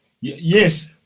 Yes